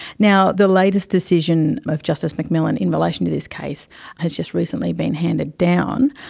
now the latest decision of justice macmillan in relation to this case has just recently been handed down.